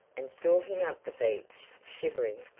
and stalking up the beach, shivering,